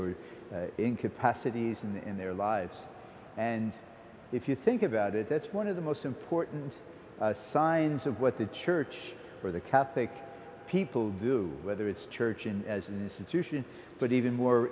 or in capacities in their lives and if you think about it that's one of the most important signs of what the church for the catholic people do whether it's church and as an institution but even more